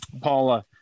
Paula